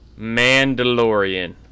Mandalorian